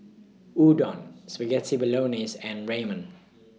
Udon Spaghetti Bolognese and Ramen